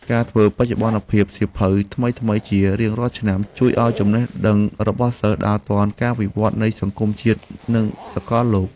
ការធ្វើបច្ចុប្បន្នភាពសៀវភៅថ្មីៗជារៀងរាល់ឆ្នាំ ជួយឱ្យចំណេះដឹងរបស់សិស្សដើរទាន់ការវិវត្តនៃសង្គមជាតិនិងសកលលោក។